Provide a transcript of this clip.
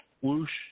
whoosh